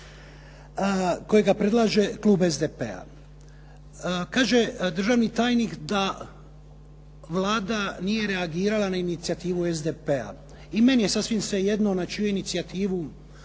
kojeg predlaže klub SDP-a. Kaže državni tajnik da Vlada nije reagirala na inicijativu SDP-a. I meni je sasvim svejedno na čiju inicijativu